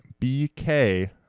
BK